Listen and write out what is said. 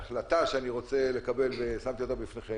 ההחלטה שאני רוצה לקבל ושמתי אותה בפניכם,